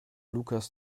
lukas